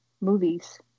movies